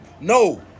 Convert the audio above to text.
No